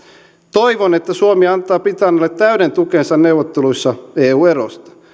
toivon että suomi antaa britannialle täyden tukensa neuvotteluissa eu erosta